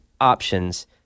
options